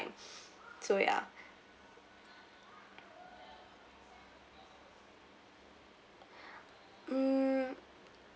so yeah mm